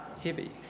heavy